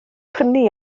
prynu